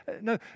No